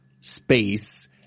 space